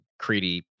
Creedy